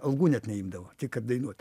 algų net neimdavo tik kad dainuot